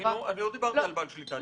אני לא דיברתי על בעל שליטה,